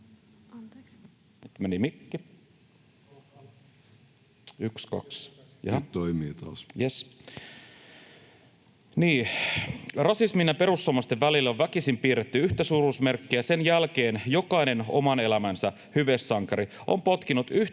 — Nyt meni mikki. Yksi... kaksi... Jes. — Niin, rasismin ja perussuomalaisten välille on väkisin piirretty yhtäsuuruusmerkkiä. Sen jälkeen jokainen oman elämänsä hyvesankari on potkinut yhtä